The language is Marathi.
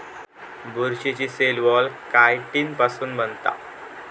बुरशीची सेल वॉल कायटिन पासुन बनता